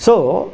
so